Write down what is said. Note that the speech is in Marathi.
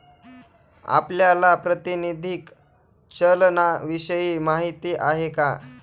आपल्याला प्रातिनिधिक चलनाविषयी माहिती आहे का?